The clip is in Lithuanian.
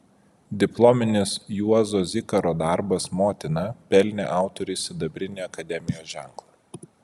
diplominis juozo zikaro darbas motina pelnė autoriui sidabrinį akademijos ženklą